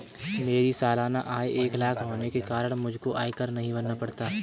मेरी सालाना आय एक लाख होने के कारण मुझको आयकर नहीं भरना पड़ता